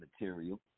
material